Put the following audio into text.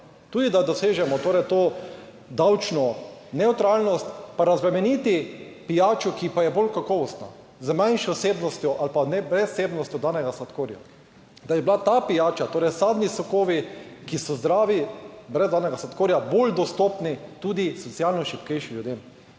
tudi, da dosežemo torej to davčno nevtralnost, pa razbremeniti pijačo, ki pa je bolj kakovostna, z manjšo vsebnostjo ali pa ne brez vsebnosti danega sladkorja. Da bi bila ta pijača, torej sadni sokovi, ki so zdravi, brez dodanega sladkorja, bolj dostopni tudi socialno šibkejšim ljudem